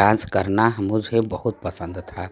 dance करना मुझे बहुत पसंद था